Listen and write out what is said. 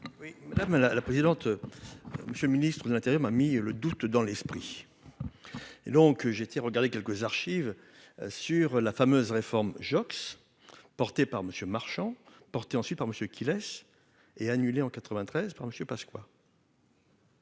madame la présidente, monsieur le Ministre de l'intérim a mis le doute dans l'esprit et donc j'ai été regardé quelques archives sur la fameuse réforme Joxe porté par monsieur Marchant porter ensuite par monsieur qui laisse est annulé en 93 par monsieur Pasqua.